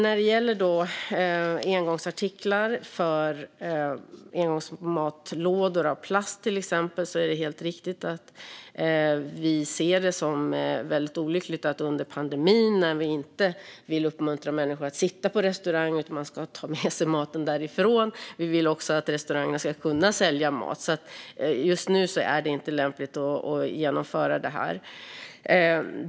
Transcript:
När det gäller förslaget om engångsartiklar av plast, till exempel engångsmatlådor, är det helt riktigt att vi ser det som väldigt olyckligt att genomföra det under pandemin. Nu vill vi inte uppmuntra människor att sitta på restaurang, utan man ska ta med sig maten därifrån. Vi vill också att restaurangerna ska kunna sälja mat, så just nu är det inte lämpligt att genomföra det här.